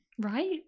right